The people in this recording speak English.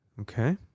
Okay